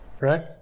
Right